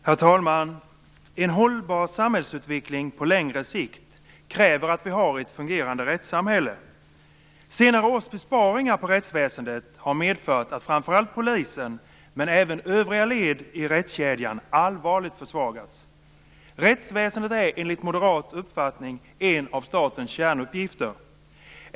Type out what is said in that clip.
Herr talman! En hållbar samhällsutveckling på längre sikt kräver att vi har ett fungerande rättssamhälle. Senare års besparingar på rättsväsendet har medfört att framför allt polisen, men även övriga led i rättskedjan, allvarligt har försvagats. Rättsväsendet är enligt moderat uppfattning en av statens kärnuppgifter.